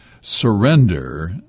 surrender